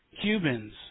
Cubans